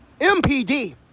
MPD